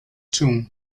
tomb